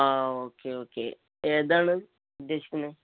ആ okay okay ഏതാണ് ഉദ്ദേശിക്കുന്നത്